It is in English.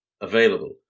available